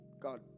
God